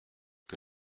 que